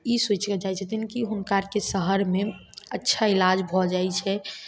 ई सोचिकऽ जाय छथिन की हुनका आरके शहरमे अच्छा इलाज भऽ जाइ छै